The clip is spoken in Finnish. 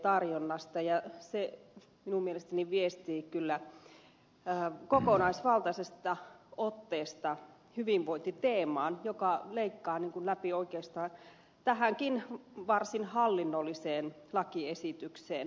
se viestii kyllä minun mielestäni ko konaisvaltaisesta otteesta hyvinvointi teemaan joka leikkaa läpi tämän oikeastaan varsin hallinnollisen lakiesityksen